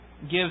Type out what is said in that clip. gives